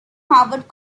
harvard